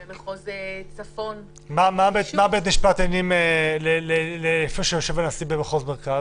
במחוז צפון --- מהו בית המשפט שבו יושב הנשיא במחוז מרכז?